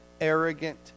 arrogant